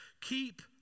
keep